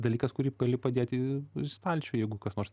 dalykas kurį gali padėti į stalčių jeigu kas nors